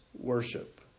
worship